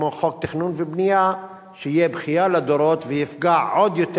כמו חוק תכנון ובנייה שיהיה בכייה לדורות ויפגע עוד יותר